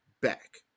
back